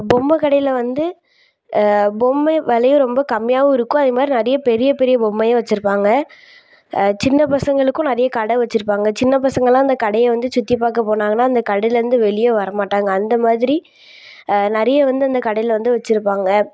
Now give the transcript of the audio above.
பொம்மை கடையில் வந்து பொம்மையை விலையும் ரொம்ப கம்மியாகவும் இருக்கும் அதேமாதிரி நிறைய பெரிய பெரிய பொம்மையும் வச்சிருப்பாங்க சின்னப்பசங்களுக்கும் நிறைய கடை வச்சிருப்பாங்க சின்னப்பசங்கெல்லாம் அந்த கடையை வந்து சுற்றி பார்க்கப்போனாங்கனா அந்த கடையில் இருந்து வெளியே வரமாட்டாங்க அந்த மாதிரி நிறைய வந்து அந்த கடையில் வந்து வச்சிருப்பாங்க